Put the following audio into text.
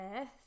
earth